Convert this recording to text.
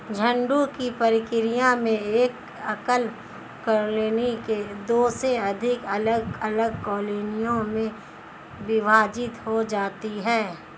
झुंड की प्रक्रिया में एक एकल कॉलोनी दो से अधिक अलग अलग कॉलोनियों में विभाजित हो जाती है